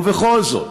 ובכל זאת,